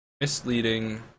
misleading